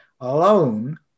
alone